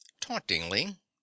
tauntingly